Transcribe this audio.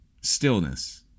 Stillness